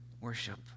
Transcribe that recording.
worship